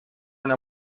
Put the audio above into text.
una